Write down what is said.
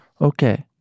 Okay